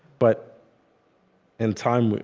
but in time,